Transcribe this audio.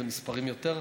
אלה מספרים יותר,